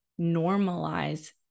normalize